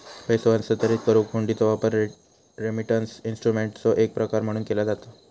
पैसो हस्तांतरित करुक हुंडीचो वापर रेमिटन्स इन्स्ट्रुमेंटचो एक प्रकार म्हणून केला जाता